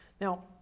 Now